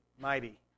mighty